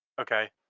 Okay